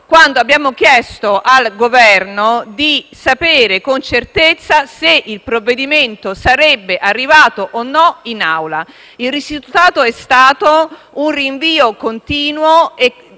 quando abbiamo chiesto al Governo di sapere con certezza se il provvedimento sarebbe arrivato o no in Aula. Il risultato è stato un rinvio continuo e lasciatemi